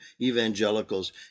evangelicals